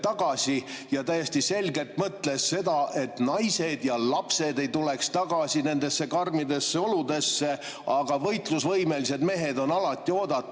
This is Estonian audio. täiesti selgelt mõtles seda, et naised ja lapsed ei peaks tulema tagasi nendesse karmidesse oludesse, aga võitlusvõimelised mehed on alati oodatud.